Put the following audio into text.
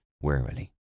wearily